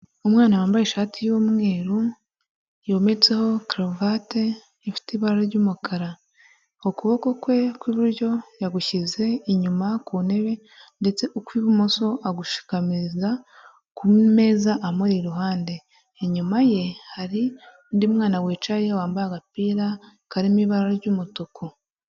Umwana wambaye ishati y'umweru yometseho karuvati ifite ibara ry'umukara, ukuboko kwe kw'iburyo yagushyize inyuma ku ntebe ndetse ukw'ibumoso agushikamiriza ku meza amuri iruhande, inyuma ye hari undi mwana wicaye wambaye agapira karimo ibara ry'umutuku.